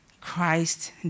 Christ